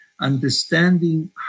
understanding